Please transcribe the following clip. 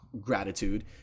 gratitude